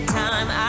time